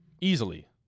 easily